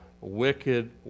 wicked